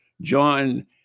John